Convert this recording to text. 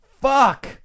Fuck